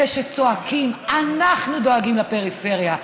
אלה שצועקים: אנחנו דואגים לפריפריה.